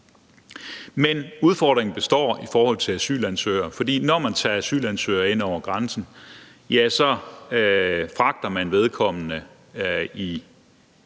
men udfordringen består i forhold til asylansøgere, for når man tager asylansøgere ind over grænsen, så fragter man dem i